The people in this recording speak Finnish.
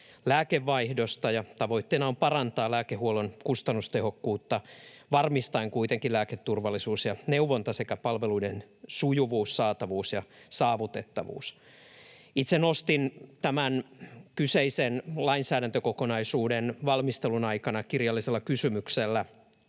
lääkevaihdosta, ja tavoitteena on parantaa lääkehuollon kustannustehokkuutta varmistaen kuitenkin lääketurvallisuus ja neuvonta sekä palveluiden sujuvuus, saatavuus ja saavutettavuus. Itse nostin tämän kyseisen lainsäädäntökokonaisuuden valmistelun aikana kirjallisella kysymyksellä